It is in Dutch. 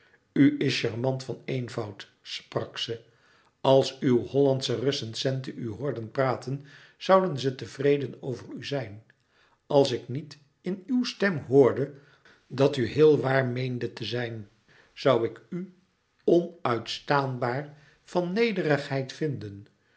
is charmant van eenvoud sprak ze als uw hollandsche recensenten u hoorden praten zouden ze tevreden over u zijn als ik niet in uw stem hoorde dat u heel waar meende te zijn zoû ik u onuitstaanbaar van nederigheid vinden